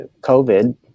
COVID